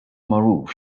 magħruf